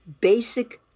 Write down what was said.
basic